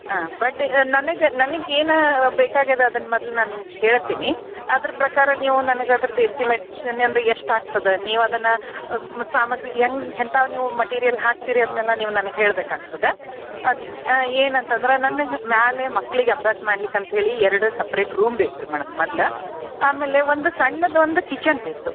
ಹಾಂ ಬಟ್ ನನಗೆ ನನಗೆ ಏನು ಬೇಕಾಗಿದೆ ಅದನ್ನು ಮೊದ್ಲ್ ನಾನು ನಿಮಗೆ ಹೇಳ್ತೀನಿ ಅದ್ರ ಪ್ರಕಾರ ನೀವು ನನಗೆ ಅದ್ರದ್ದು ಎಸ್ಟಿಮೇಶನ್ ಅಂದರೆ ಎಷ್ಟಾಗ್ತದೆ ನೀವು ಅದನ್ನು ಸಾಮಗ್ರಿ ಹೆಂಗ್ ಎಂಥವ್ ನೀವು ಮಟಿರಿಯಲ್ ಹಾಕ್ತೀರಿ ಅದನ್ನೆಲ್ಲ ನೀವು ನನಗೆ ಹೇಳ್ಬೇಕಾಗ್ತದೆ ಅದು ಏನಂತಂದ್ರೆ ನನ್ನ ಮೇಲೆ ಮಕ್ಳಿಗೆ ಅಭ್ಯಾಸ ಮಾಡ್ಲಿಕ್ಕೆ ಅಂತ ಹೇಳಿ ಎರಡು ಸಪ್ರೇಟ್ ರೂಮ್ ಬೇಕು ರೀ ಮೇಡಮ್ ಮೊದ್ಲ ಆಮೇಲೆ ಒಂದು ಸಣ್ಣದೊಂದು ಕಿಚನ್ ಬೇಕು